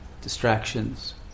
distractions